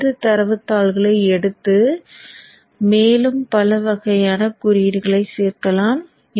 தரவுத்தாள்களிலிருந்து